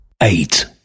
eight